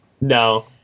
No